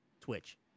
Twitch